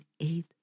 eight